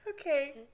okay